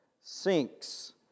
sinks